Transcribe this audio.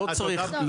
לא, פה, פה.